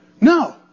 No